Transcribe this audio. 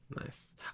Nice